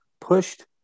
pushed